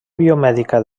biomèdica